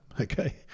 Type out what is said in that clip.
okay